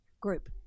group